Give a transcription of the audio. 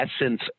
essence